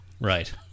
Right